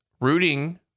rooting